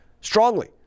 strongly